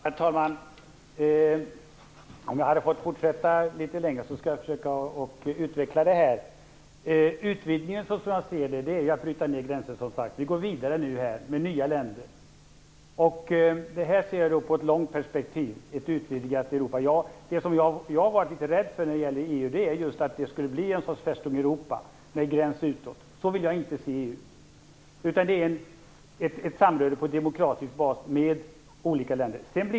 Herr talman! Om jag hade fått fortsätta litet längre hade jag försökt att utveckla detta. Utvidgningen, som jag ser det, innebär som sagt att bryta ned gränser. Nu går vi vidare med nya länder. Jag ser ett utvidgat Europa i ett långt perspektiv. Det som jag har varit litet rädd för när det gäller EU är att det skall bli en sorts Festung Europa med en gräns utåt. Så vill jag inte se EU. Det är ett samröre på demokratisk bas med olika länder.